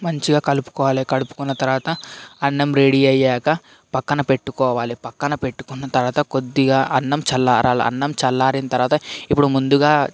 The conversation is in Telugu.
మంచిగా కలుపుకోవాలి కలుపుకున్న తర్వాత అన్నం రెడీ అయ్యాక పక్కన పెట్టుకోవాలి పక్కన పెట్టుకున్న తర్వాత కొద్దిగా అన్నం చల్లారాలి అన్నం చల్లారిన తర్వాత ఇప్పుడు ముందుగా